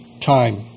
time